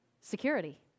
security